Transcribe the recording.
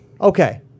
Okay